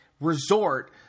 resort